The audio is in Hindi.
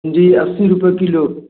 जी अस्सी रुपए कीलो